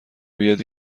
بیاد